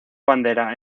bandera